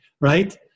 Right